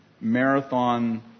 marathon